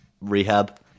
rehab